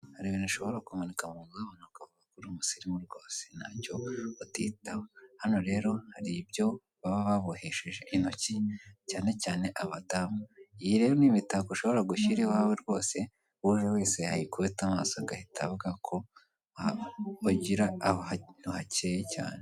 Hari ibintu bishobora kumanika munzu umuntu akabona ko uri umusirimu rwose ntacyo batita hano rero hari ibyo baba babohesheje intoki cyane cyane abadamu iyi rero n'imitako ushobora gushyira iwawe rwose uje wese ayikubita amaso akavugako aho hantu hakeye cyane.